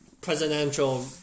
presidential